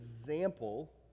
example